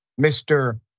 Mr